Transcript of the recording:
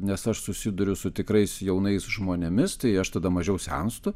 nes aš susiduriu su tikrais jaunais žmonėmis tai aš tada mažiau senstu